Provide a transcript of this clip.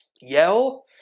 yell